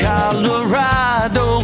Colorado